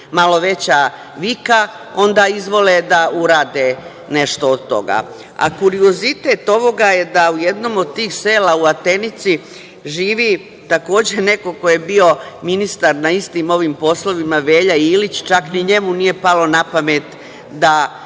malo veća vika, onda izvole da urade nešto od toga. Kuriozitet ovoga je da u jednom od tih sela u Atenici živi takođe neko ko je bio ministar na istim ovim poslovima Velja Ilić, čak ni njemu nije palo na pamet da